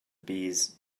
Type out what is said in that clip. bees